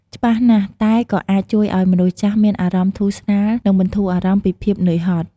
ច្បាស់ណាស់ តែក៏អាចជួយឱ្យមនុស្សចាស់មានអារម្មណ៍ធូរស្រាល និងបន្ធូរអារម្មណ៍ពីភាពនឿយហត់។